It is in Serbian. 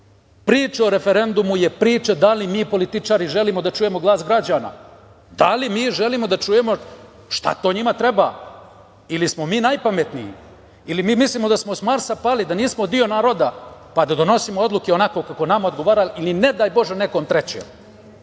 priča o referendumu je priča da li mi političari želimo da čujemo glas građana, da li mi želimo da čujemo šta to njima treba ili smo mi najpametniji, ili mi mislimo da smo s Marsa pali, da nismo deo naroda, pa da donosimo odluke onako kako nama odgovara ili, ne daj Bože, nekom trećem.